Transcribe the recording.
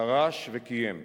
דרש וקיים.